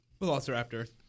velociraptor